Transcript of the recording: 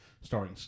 starring